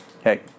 Hey